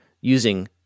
using